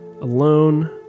alone